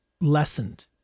lessened